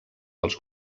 als